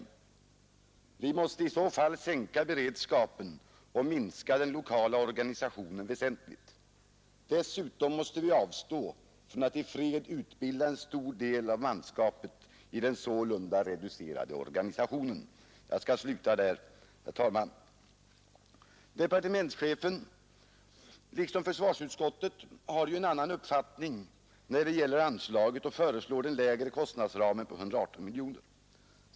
Vi måste i så fall sänka beredskapen och minska den lokala organisationen väsentligt. Dessutom måste vi avstå från att i fred utbilda en stor del av manskapet i den sålunda reducerade organisationen.” Departementschefen liksom försvarsutskottet har en annan uppfattning när det gäller anslaget och föreslår den lägre kostnadsramen på 118 miljoner kronor.